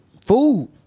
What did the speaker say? food